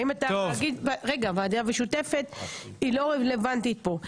אם אתה מקים ועדה משותפת, היא לא רלוונטית פה.